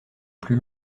plus